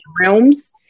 realms